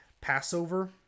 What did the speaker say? Passover